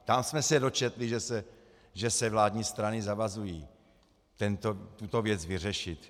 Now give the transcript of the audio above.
Tam jsme se dočetli, že se vládní strany zavazují tuto věc vyřešit.